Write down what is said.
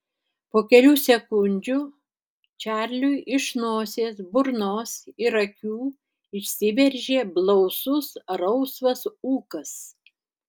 po kelių sekundžių čarliui iš nosies burnos ir akių išsiveržė blausus rausvas ūkas